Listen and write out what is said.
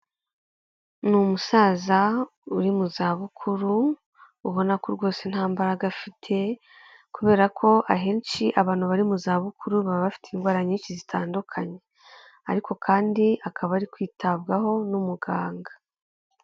Ni umusaza uri mu zabukuru ubona ko rwose nta mbaraga afite kubera ko ahenshi abantu bari mu za bukuru baba bafite indwara nyinshi zitandukanye, ariko kandi akaba ari kwitabwaho n'umuganga.